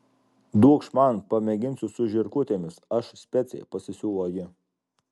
duokš man pamėginsiu su žirklutėmis aš specė pasisiūlo ji